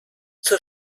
zur